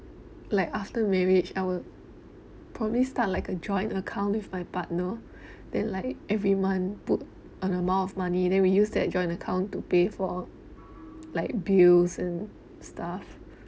like after marriage I would probably start like a joint account with my partner then like every month put an amount of money then we use that joint account to pay for our like bills and stuff